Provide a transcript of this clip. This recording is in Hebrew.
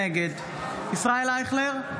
נגד ישראל אייכלר,